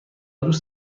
دوست